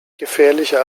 gefährlicher